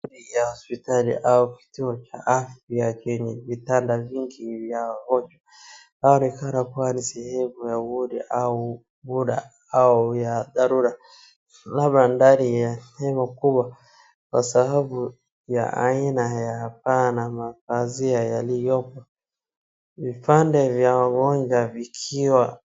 Ndani ya hospitali au kituo cha afya chenye vitanda vingi vya wagonjwa, hali inaonekana kuwa ni sehemu ya uuguzi au bora ya dharura labda ndani ya hema kubwa, kwa sababu ya aina ya paa na mapazia yalioko, vitanda za wagonjwa vikiwa.